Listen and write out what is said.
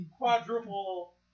quadruple